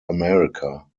america